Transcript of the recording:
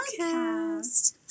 Podcast